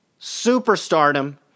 superstardom